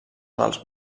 dels